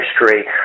history